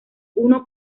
uno